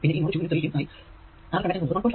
പിന്നെ ഈ നോഡ് 2 നും 3 നും ആയി ആകെ കണ്ടക്ടൻസ് എന്നത് 1